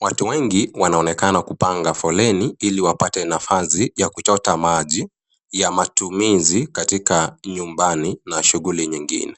,watu wengi wanaonekana kupanga foleni ili kupata nafasi ya kuchota maji ya matumizi katikati nyumbani na shuguli nyingine